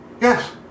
Yes